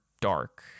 dark